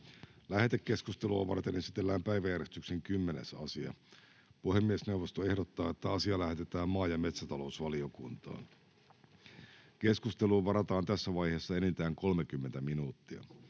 Lähetekeskustelua varten esitellään päiväjärjestyksen 10. asia. Puhemiesneuvosto ehdottaa, että asia lähetetään maa- ja metsätalousvaliokuntaan. Keskusteluun varataan tässä vaiheessa enintään 30 minuuttia.